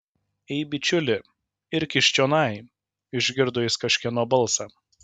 ei bičiuli irkis čionai išgirdo jis kažkieno balsą